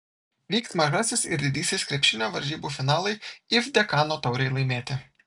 vyks mažasis ir didysis krepšinio varžybų finalai if dekano taurei laimėti